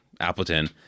Appleton